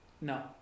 No